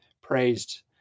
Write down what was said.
praised